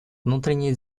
внутренние